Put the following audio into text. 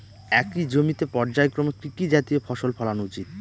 একই জমিতে পর্যায়ক্রমে কি কি জাতীয় ফসল ফলানো উচিৎ?